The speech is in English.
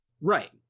right